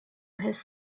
his